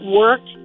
work